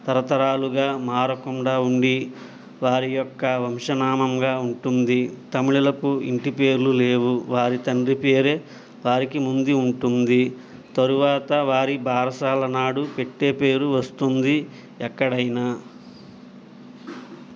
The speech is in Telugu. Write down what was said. తరతరాలుగా మారకుండా ఉండి వారి యొక్క వంశ నామముగా ఉంటుంది తమిళులకు ఇంటి పేర్లు లేవు వారి తండ్రి పేరే వారికి ముందు ఉంటుంది తరువాత వారి బారసాల నాడు పెట్టే పేరు వస్తుంది ఎక్కడైనా